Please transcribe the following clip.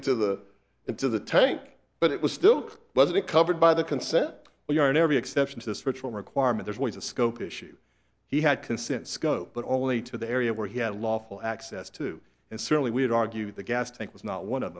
into the into the tank but it was still wasn't covered by the consent but you are never the exception to this ritual requirement there's always a scope issue he had consent scope but only to the area where he had lawful access to and certainly would argue the gas tank was not one of